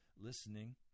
listening